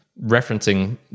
referencing